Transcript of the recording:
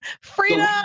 Freedom